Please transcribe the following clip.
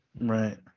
Right